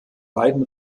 beiden